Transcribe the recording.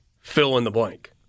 fill-in-the-blank